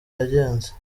yagenze